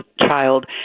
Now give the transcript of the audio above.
child